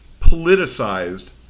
politicized